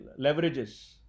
leverages